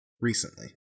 Recently